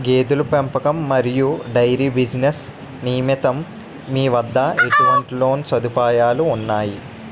గేదెల పెంపకం మరియు డైరీ బిజినెస్ నిమిత్తం మీ వద్ద ఎటువంటి లోన్ సదుపాయాలు ఉన్నాయి?